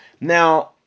Now